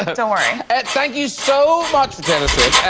don't worry thank you so much for taylor swift.